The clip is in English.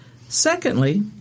Secondly